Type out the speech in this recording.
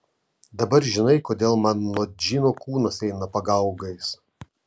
dabar žinai kodėl man nuo džino kūnas eina pagaugais